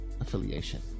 affiliation